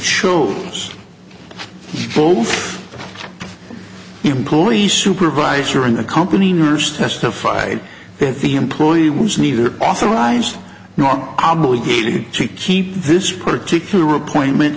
the employee's supervisor and the company nurse testified that the employee was neither authorized nor obligated to keep this particular appointment